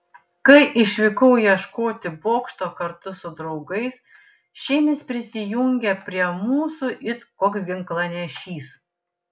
kai išvykau ieškoti bokšto kartu su draugais šimis prisijungė prie mūsų it koks ginklanešys